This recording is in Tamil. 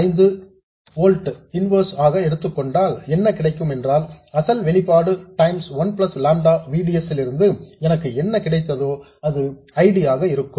05 ஓல்ட் இன்வர்ஸ் ஆக எடுத்துக்கொண்டால் என்ன கிடைக்கும் என்றால் அசல் வெளிப்பாடு times 1 plus lambda V D S லிருந்து எனக்கு என்ன கிடைத்ததோ அது I D ஆக இருக்கும்